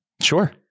Sure